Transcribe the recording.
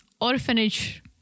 orphanage